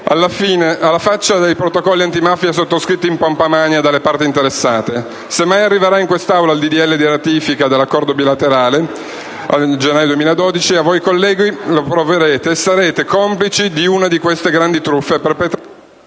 alla faccia dei protocolli antimafia sottoscritti in pompa magna dalle parti interessate. Se mai arriverà in quest'Aula il disegno di legge di ratifica dell'accordo bilaterale del gennaio 2012 e voi colleghi lo approverete, sarete complici di una di queste grandi truffe perpetrate...